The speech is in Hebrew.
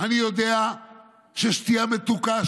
אני יודע ששתייה מתוקה,